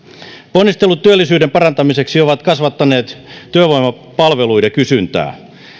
ponnistelut työllisyyden parantamiseksi ovat kasvattaneet työvoimapalveluiden kysyntää